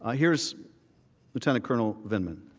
ah here is lieutenant colonel vindman.